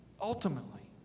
ultimately